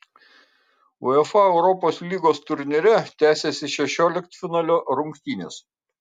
uefa europos lygos turnyre tęsėsi šešioliktfinalio rungtynės